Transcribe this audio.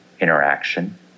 interaction